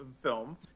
film